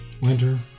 Winter